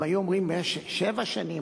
אם היו אומרים שבע שנים,